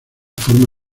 forma